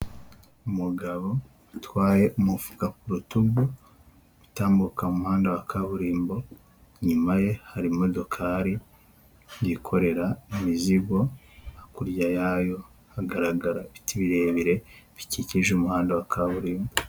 Umugabo utwaye umufuka ku rutugu, utambuka umuhanda wa kaburimbo, inyuma ye hari imodokari yikorera imizigo, hakurya yayo hagaragara birebire bikikije umuhanda wa kaburimbo.